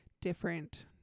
different